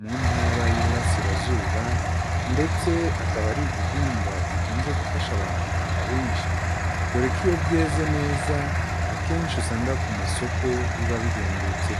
mu ntara y'Iburasirazuba ndetse akaba ari igihingwa gikunze gufasha Abanyarwanda benshi, dore ko iyo byeze neza akenshi usanga ku masoko biba bihendutse.